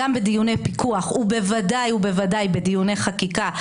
גם בדיוני פיקוח ובוודאי בדיוני חקיקה.